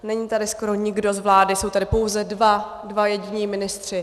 Není tady skoro nikdo z vlády, jsou tady pouze dva jediní ministři.